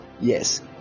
yes